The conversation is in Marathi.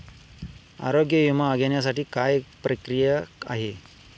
आरोग्य विमा घेण्यासाठी काय प्रक्रिया आहे?